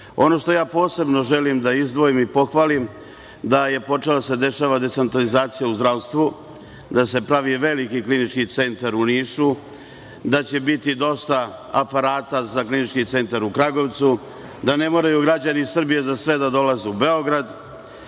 što ja posebno želim da izdvojim i pohvalim, da je počela da se dešava decentralizacija u zdravstvu, da se pravi veliki klinički centar u Nišu, da će biti dosta aparata za Klinički centar u Kragujevcu, da ne moraju građani Srbije za sve da dolaze u Beograd. Isto